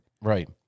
Right